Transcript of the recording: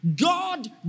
God